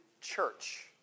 church